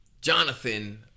Jonathan